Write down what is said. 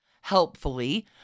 Helpfully